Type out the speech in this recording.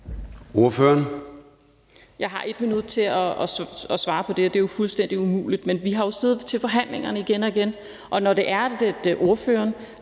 Jeg har 1 minut til at svare på det, og det er jo fuldstændig umuligt. Men vi har jo siddet til forhandlinger igen og igen, og når ordføreren